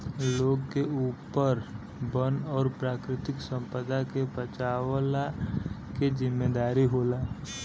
लोग के ऊपर वन और प्राकृतिक संपदा के बचवला के जिम्मेदारी होला